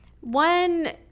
one